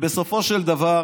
בסופו של דבר